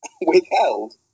withheld